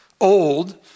old